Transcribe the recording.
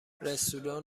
رستوران